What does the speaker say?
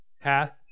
hath